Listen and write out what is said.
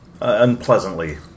unpleasantly